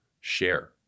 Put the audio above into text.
share